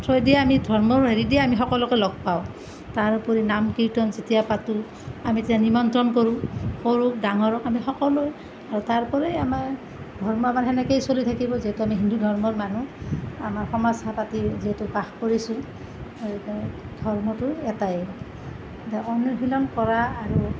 থ্ৰ'ৱেদিয়ে আমি ধৰ্মৰ হেৰি দিয়ে আমি সকলোকে লগ পাওঁ তাৰোপৰি নাম কীৰ্তন যেতিয়া পাতোঁ আমি তেতিয়া নিমন্ত্ৰণ কৰোঁ সৰুক ডাঙৰক আমি সকলোৱে আৰু তাৰপৰাই আমাৰ ধৰ্ম আমাৰ সেনেকৈয়ে চলি থাকিব যিহেতু আমি হিন্দু ধৰ্মৰ মানুহ আমাৰ সমাজ পাতি যিহেতু বাস কৰিছোঁ ধৰ্মটো এটাই অনুশীলন কৰা আৰু